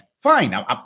Fine